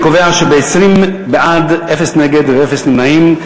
אני קובע שב-20 בעד ואפס נגד ואפס נמנעים,